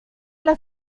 las